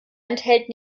enthält